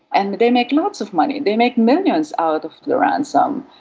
and they make lots of money, they make millions out of the ransom.